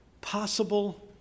possible